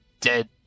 dead